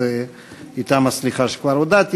אז אתם הסליחה על כך שכבר הודעתי.